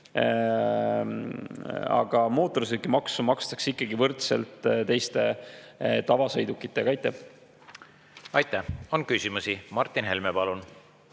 Aga mootorsõidukimaksu makstakse ikkagi võrdselt teiste tavasõidukitega. Aitäh! On küsimusi. Martin Helme, palun!